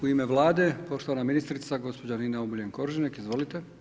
I ime Vlade, poštovana ministrica, gospođa Nina Obuljen Koržinek, izvolite.